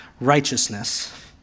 righteousness